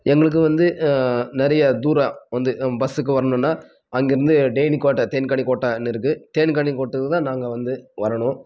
எங்களுக்கு வந்து நிறைய தூரம் வந்து பஸ்ஸுக்கு வரணுன்னா அங்கிருந்து டேனிக்கோட்டை தேன்கனிக்கோட்டைன்னு இருக்குது தேன்கனிக்கோட்டைக்கு தான் நாங்கள் வந்து வரணும்